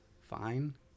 fine